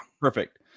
perfect